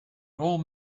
old